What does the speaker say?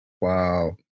Wow